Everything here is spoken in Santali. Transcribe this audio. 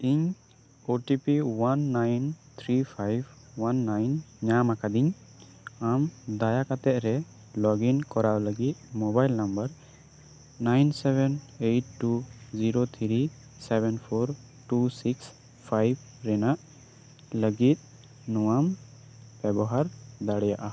ᱤᱧ O T P one nine three five one nine ᱧᱟᱢ ᱟᱠᱟᱫᱤᱧ ᱟᱢ ᱫᱟᱭᱟ ᱠᱟᱛᱮᱫ ᱨᱮ ᱞᱚᱜᱤᱱ ᱠᱚᱨᱟᱣ ᱞᱟᱹᱜᱤᱫ mobile number nine seven eight two zero three seven four two six five ᱨᱮᱱᱟᱜ ᱞᱟᱹᱜᱤᱫ ᱱᱚᱣᱟᱢ ᱵᱮᱵᱚᱦᱟᱨ ᱫᱟᱲᱮᱭᱟᱜᱼᱟ